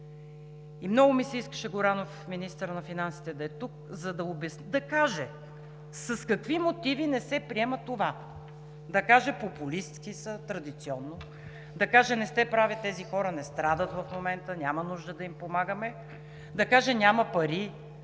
И много ми се искаше министърът на финансите Горанов да е тук, за да каже с какви мотиви не се приема това? Да каже: популистки са – традиционно! Да каже: не сте прави, тези хора не страдат в момента, няма нужда да им помагаме! Да каже: няма пари,